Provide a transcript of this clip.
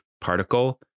particle